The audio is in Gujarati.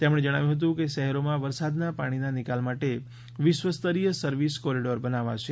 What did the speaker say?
તેમણે જણાવ્યું હતું કે શહેરોમાં વરસાદના પાણીના નિકાલ માટે વિશ્વ સ્તરીય સર્વિસ કોરિડોર બનાવશે